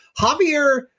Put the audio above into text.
Javier